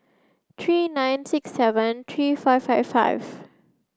three nine six seven three five five five